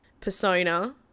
persona